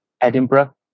Edinburgh